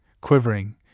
quivering